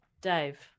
Dave